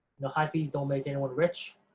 high fees don't make anyone rich,